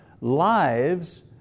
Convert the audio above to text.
lives